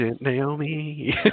Naomi